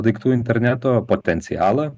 daiktų interneto potencialą